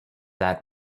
that